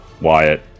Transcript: Wyatt